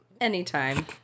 Anytime